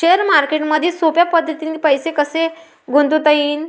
Share मार्केटमधी सोप्या पद्धतीने पैसे कसे गुंतवता येईन?